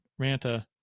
Ranta